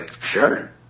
sure